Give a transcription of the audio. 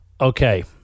Okay